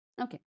Okay